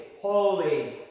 holy